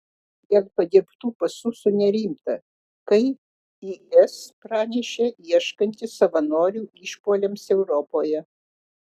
dėl padirbtų pasų sunerimta kai is pranešė ieškanti savanorių išpuoliams europoje